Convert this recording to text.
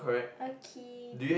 okay